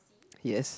yes